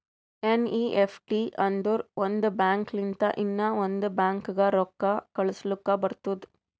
NEFT ಅಂದುರ್ ಒಂದ್ bank ಲಿಂತ ಇನ್ನಾ ಒಂದ್ ಬ್ಯಾಂಕ್ಗ ರೊಕ್ಕಾ ಕಳುಸ್ಲಾಕ್ ಬರ್ತುದ್